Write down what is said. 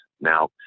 Now